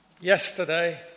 yesterday